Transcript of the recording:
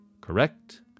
Correct